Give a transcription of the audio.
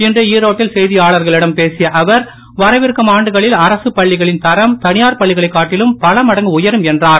இன்று ஈரோ ட்டில் செய்தியாளர்களிடம் பேசிய அவர் வரவிருக்கும் ஆண்டுகளில் அரசுப் பள்ளிகளின் தரம் தனியார் பள்ளிகளைக் காட்டிலும் பலமடங்கு உயரும் என்றார்